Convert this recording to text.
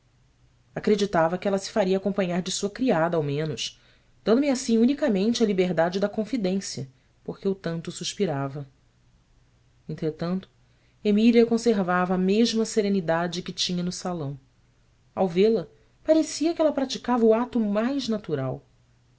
acreditava que ela se faria acompanhar de sua criada ao menos dando-me assim unicamente a liberdade da confidência por que eu tanto suspirava entretanto emília conservava a mesma serenidade que tinha no salão ao vê-la parecia que ela praticava o ato o mais natural